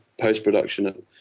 post-production